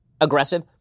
aggressive